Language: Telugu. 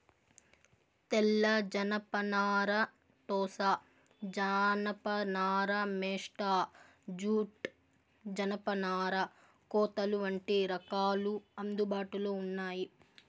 తెల్ల జనపనార, టోసా జానప నార, మేస్టా జూట్, జనపనార కోతలు వంటి రకాలు అందుబాటులో ఉన్నాయి